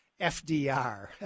FDR